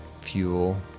fuel